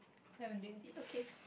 eleven twenty okay